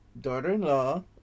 daughter-in-law